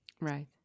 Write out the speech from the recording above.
right